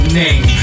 name